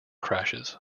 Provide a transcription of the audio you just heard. crashes